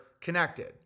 connected